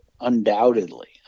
undoubtedly